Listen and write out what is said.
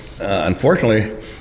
Unfortunately